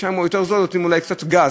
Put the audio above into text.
שם הוא יותר זול, אולי יותר גס.